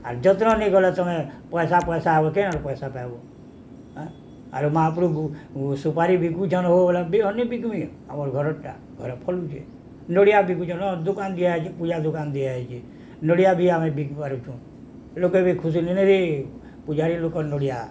ଆର୍ ଯତ୍ନ ନେଇ ଗଲେ ତୁମେ ପଇସା ପଇସା ହବ କେ ନେ ପଇସା ପାଇବଁ ଆରୁ ମହାପୁର ସୁପାରି ବିକୁଛନ୍ ହ ବ ବି ଅନ୍ୟ ବିକମି ଆମର୍ ଘରଟା ଘରେ ଫଲୁଛେ ନଡ଼ିଆ ବିକୁଛନ୍ ଦୋକାନ ଦିଆହେଇଛି ପୂଜା ଦୋକାନ ଦିଆହେଇଛେ ନଡ଼ିଆ ବି ଆମେ ବିିକି ପାରୁଛୁଁ ଲୋକେ ବି ଖୁସିି ନେ ଯେ ପୂଜାଓ ରୀ ଲୋକର୍ ନଡ଼ିଆ